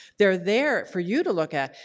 they're there for you to look at.